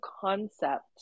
concept